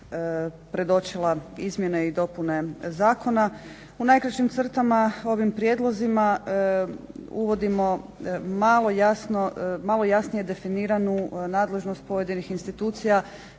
predočila izmjene i dopune zakona. U najkraćim crtama ovim prijedlozima uvodimo malo jasnije definiranu nadležnost pojedinih institucija